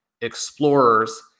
explorers